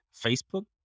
Facebook